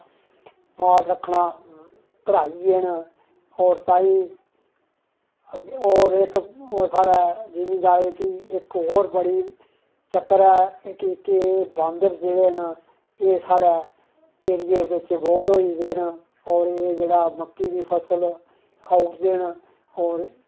माल रक्खना घटाइयै न होर ताहीं होर इक साढ़े जमींदारी जेह्की इक होर बड़ी चक्कर ऐ इक जेह्के एह् बंदर जेह्ड़े न एह् साढ़े एरिया बिच बहुत होई गेदे न होर एह् जेह्ड़ा मक्की दी फसल खाई ओड़दे न होर